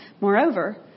Moreover